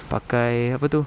pakai apa tu